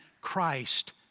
Christ